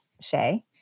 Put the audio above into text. Shay